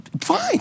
fine